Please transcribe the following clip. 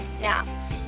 Now